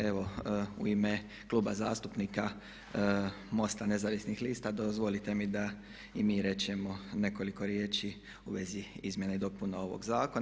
Evo u ime Kluba zastupnika MOST-a nezavisnih lista dozvolite mi da i mi rečemo nekoliko riječi u vezi izmjena i dopuna ovoga Zakona.